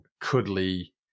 cuddly